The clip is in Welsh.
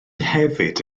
hefyd